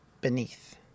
beneath